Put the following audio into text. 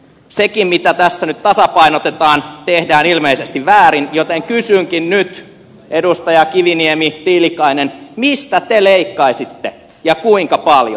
sekin mitä tässä nyt tasapainotetaan tehdään ilmeisesti väärin joten kysynkin nyt edustajat kiviniemi ja tiilikainen mistä te leikkaisitte ja kuinka paljon